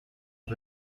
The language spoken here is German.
und